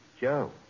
Joe